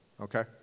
Okay